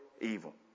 evil